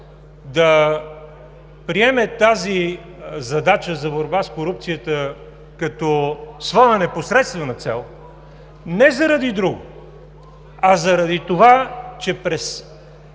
да приеме тази задача за борба с корупцията като своя непосредствена цел, не заради друго, а заради това, че през